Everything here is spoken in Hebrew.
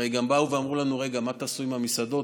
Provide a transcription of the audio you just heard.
הרי גם באו ואמרו לנו: רגע, מה תעשו עם המסעדות?